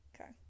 Okay